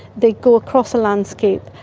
they go across a landscape,